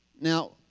Now